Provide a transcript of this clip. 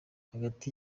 hagati